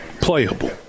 playable